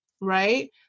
right